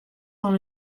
dans